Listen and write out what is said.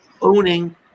owning